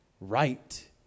right